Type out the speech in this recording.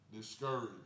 discouraged